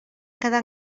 quedar